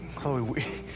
chloe, we.